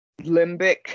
limbic